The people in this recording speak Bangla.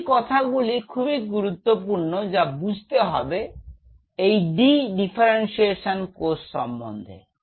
এই কথাগুলি খুবই গুরুত্বপূর্ণ যা বুঝতে হবে এবং এই ডি ডিফারেন্সিয়েশন কোষ সম্বন্ধে